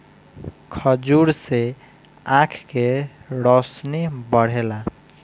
खजूर से आँख के रौशनी बढ़ेला